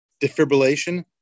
defibrillation